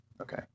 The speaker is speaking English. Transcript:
okay